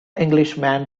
englishman